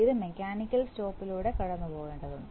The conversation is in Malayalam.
ഇത് മെക്കാനിക്കൽ സ്റ്റോപ്പിലൂടെ കടന്നുപോകേണ്ടതുണ്ട്